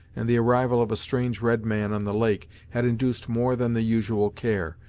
and the arrival of a strange red man on the lake had induced more than the usual care,